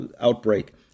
outbreak